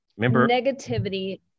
negativity